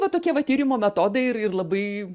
va tokie va tyrimo metodai ir ir labai